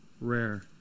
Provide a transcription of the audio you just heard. rare